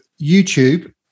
YouTube